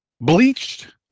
bleached